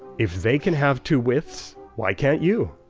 if they can have two withs, why can't you?